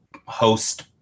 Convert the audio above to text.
host